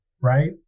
right